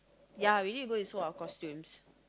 ya we need to go and sew our costumes